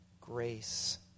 grace